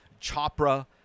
Chopra